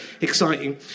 exciting